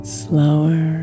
slower